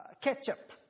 ketchup